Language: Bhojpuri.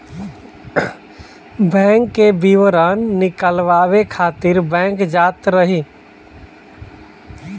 बैंक के विवरण निकालवावे खातिर बैंक जात रही